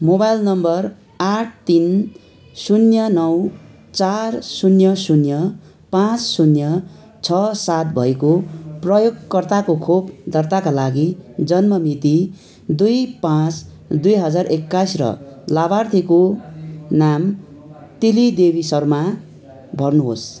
mobile number आठ तिन शून्य नौ चार शून्य शून्य पाँच शून्य छ सात भएको प्रयोगकर्ताको खोप दर्ताका लागि जन्ममिति दुई पाँच दुई हजार एक्काइस र लाभार्थीको नाम तिलीदेवी शर्मा भर्नुहोस्